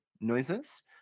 noises